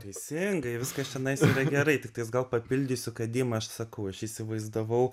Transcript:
teisingai viskas čianais gerai tiktais gal gal papildysiu kad dima aš sakau įsivaizdavau